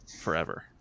Forever